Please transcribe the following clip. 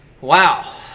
Wow